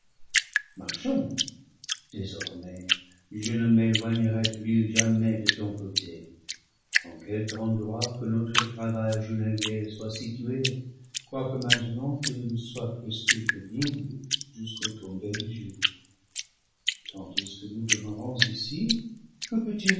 sormais je ne m'éloignerai plus jamais de ton côté en quel que endroit que notre travail journalier soit situé quoique maintenant il nous soit prescrit pénible jusqu'au tomber du jour tandis que nous demeurons ici que peut-il